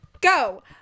go